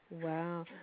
Wow